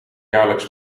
jaarlijks